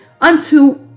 unto